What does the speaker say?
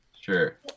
Sure